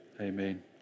Amen